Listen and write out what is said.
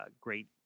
great